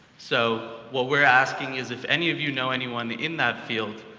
so what we're asking is if any of you know anyone in that field,